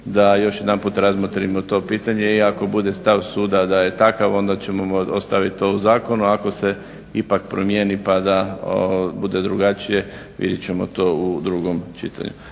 da još jedanput razmotrimo to pitanje i ako bude stav suda da je takav onda ćemo ostavit to u zakonu, ako se ipak promijeni pa da bude drugačije vidjet ćemo to u drugom čitanju.